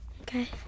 Okay